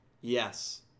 Yes